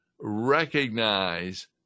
recognize